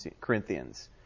Corinthians